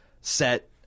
set